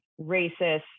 racist